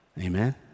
Amen